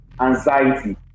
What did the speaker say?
anxiety